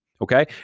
Okay